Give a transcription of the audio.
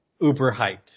uber-hyped